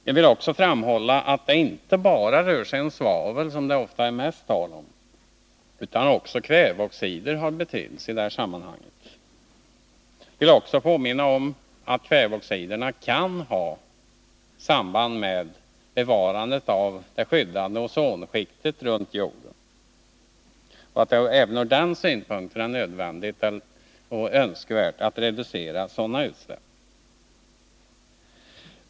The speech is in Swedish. Jag vill också framhålla att det inte bara rör sig om svavel, som det ofta talas mest om, utan också kväveoxider har betydelse i detta sammanhang. Jag vill påminna om att kväveoxiderna kan ha samband med bevarandet av det skyddande ozonskiktet runt jorden och att det även ur den synpunkten är nödvändigt och önskvärt att reducera sådana utsläpp.